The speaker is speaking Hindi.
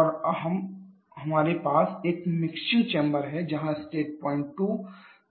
और अब हमारे पास एक मिक्सिंग चेंबर है जहाँ स्टेट पॉइंट 2